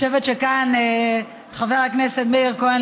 אני חושבת שכאן חבר הכנסת מאיר כהן,